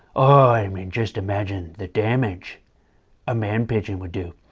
i mean, just imagine the damage a man pigeon would do.